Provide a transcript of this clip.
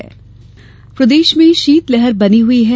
मौसम प्रदेश में शीतलहर बनी हुई है